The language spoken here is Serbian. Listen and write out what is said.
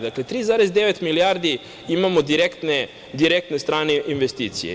Dakle, 3,9 milijardi imamo direktne strane investicije.